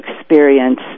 experience